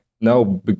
no